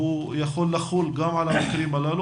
והוא יכול לחול גם על המקרים הללו.